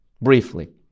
briefly